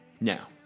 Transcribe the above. Now